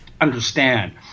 understand